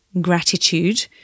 gratitude